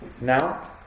Now